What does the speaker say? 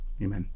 Amen